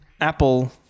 Apple